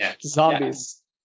Zombies